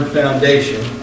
foundation